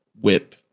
whip